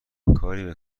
اقای